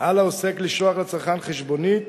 על העוסק לשלוח לצרכן חשבונית